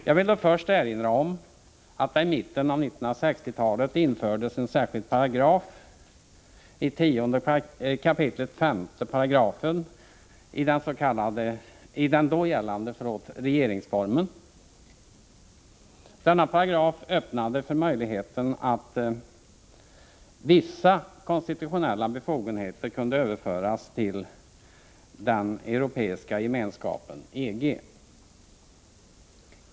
Jag vill först erinra om att det i mitten av 1960-talet infördes en särskild paragraf, 5 §,i 10 kap. av den då gällande regeringsformen. Denna paragraf öppnade möjligheter för att vissa konstitutionella befogenheter kunde överföras till den europeiska gemenskapen, EG.